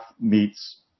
meets